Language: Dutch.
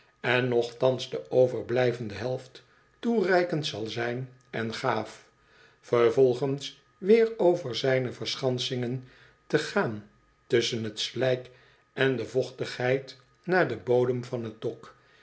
en nochtans de overblijvende helft toereikend zal zijn en gaaf vervolgens weer over zijne verschansingen te gaan tusschen t slijk en de vochtigheid naar den bodem van t dok